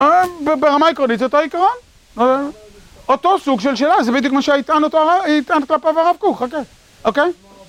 ברמה עקרונית זה אותו עיקרון, אותו סוג של שאלה, זה בדיוק כמו שיטען אותו, יטען אותה הרב קוק, חכה, אוקיי?